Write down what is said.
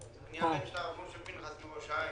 מזה שלושה-ארבעה חודשים לא הודיעו לנו.